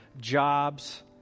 jobs